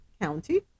County